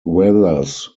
weathers